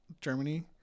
Germany